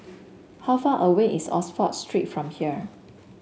how far away is Oxford Street from here